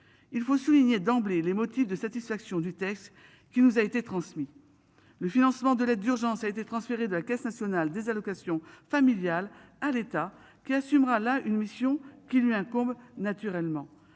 Il faut souligner d'emblée les motifs de satisfaction du texte qui nous a été transmis. Le financement de l'aide d'urgence a été transféré de la Caisse nationale des allocations familiales à l'État qui assumera la une mission qui lui incombe naturellement